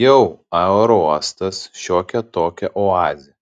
jau aerouostas šiokia tokia oazė